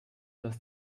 dass